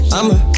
I'ma